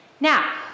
Now